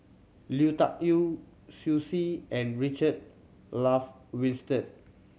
Lui Tuck Yew Xiu Si and Richard Olaf Winstedt